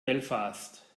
belfast